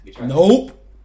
Nope